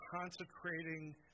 consecrating